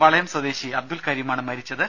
വളയം സ്വദേശി അബ്ദുൽകരീമാണ് മരിച്ചത്